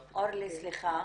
אורלי, סליחה.